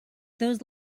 those